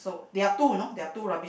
there are two you know there are two rubble